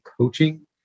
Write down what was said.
coaching